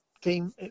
team